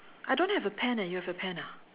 I don't have a pen eh you have a pen ah